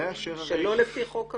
שלא לפי חוק המתנות?